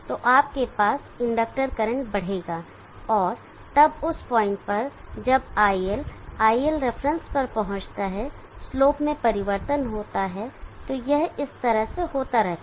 तो आपके पास इंडक्टर करंट बढ़ेगा और तब उस पॉइंट पर जब iL iLref पर पहुंचता है स्लोप में परिवर्तन होता है तो यह इस तरह से होता रहता है